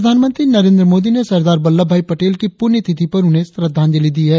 प्रधानमंत्री नरेंद्र मोदी ने सरदार वल्लभ भाई पटेल की पुण्य तिथि पर उन्हें श्रद्धांजलि दी है